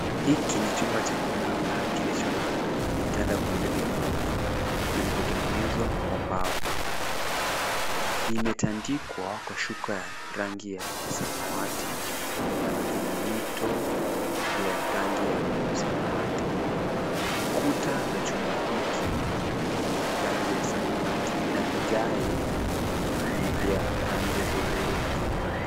Hiki ni chumba cha kulala kilicho na vitanda viwili vya ghorofa vilivyotengenezwa kwa mbao. Vimetandikwa kwa shuka rangi ya samawati na vina mito vya rangi ya samawati. Kuta za chumba hiki ni rangi ya samawati na vigae ni vya rangi ya hudhurungi.